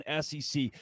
SEC